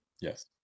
Yes